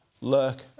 lurk